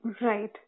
Right